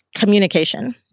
Communication